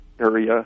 area